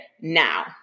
now